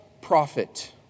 prophet